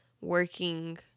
working